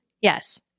Yes